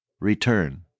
return